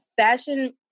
Fashion